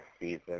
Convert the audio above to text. season